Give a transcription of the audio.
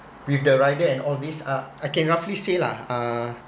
with the rider and all these uh I can roughly say lah uh